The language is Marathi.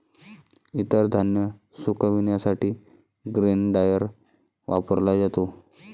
इतर धान्य सुकविण्यासाठी ग्रेन ड्रायर वापरला जातो